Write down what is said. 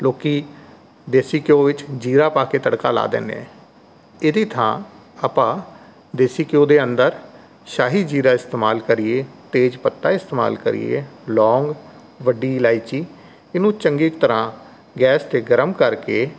ਲੋਕ ਦੇਸੀ ਘਿਉ ਵਿੱਚ ਜ਼ੀਰਾ ਪਾ ਕੇ ਤੜਕਾ ਲਾ ਦਿੰਦੇ ਹੈ ਇਹਦੀ ਥਾਂ ਆਪਾਂ ਦੇਸੀ ਘਿਉ ਦੇ ਅੰਦਰ ਸ਼ਾਹੀ ਜ਼ੀਰਾ ਇਸਤੇਮਾਲ ਕਰੀਏ ਤੇਜ਼ ਪੱਤਾ ਇਸਤੇਮਾਲ ਕਰੀਏ ਲੌਂਗ ਵੱਡੀ ਇਲਾਇਚੀ ਇਹਨੂੰ ਚੰਗੀ ਤਰ੍ਹਾਂ ਗੈਸ 'ਤੇ ਗਰਮ ਕਰਕੇ